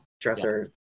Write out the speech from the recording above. dresser